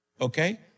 Okay